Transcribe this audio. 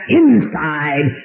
inside